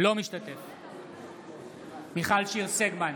אינו משתתף בהצבעה מיכל שיר סגמן,